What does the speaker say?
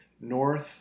North